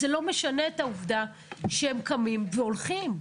זה לא משנה את העובדה, שהם קמים והולכים,